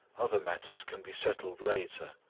other matters can be settled later